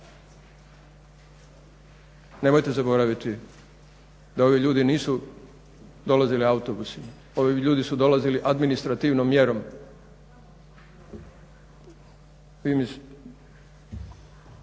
nemojte zaboraviti da ovi ljudi nisu dolazili autobusima, ovi ljudi su dolazili administrativnom mjerom.